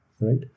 right